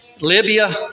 Libya